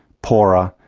poorer,